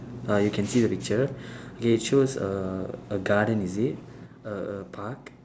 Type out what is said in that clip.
uh you can see the picture K choose a a garden is it a a park